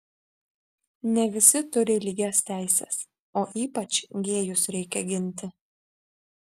ne visi turi lygias teises o ypač gėjus reikia ginti